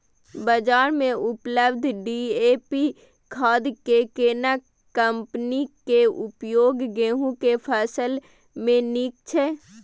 बाजार में उपलब्ध डी.ए.पी खाद के केना कम्पनी के उपयोग गेहूं के फसल में नीक छैय?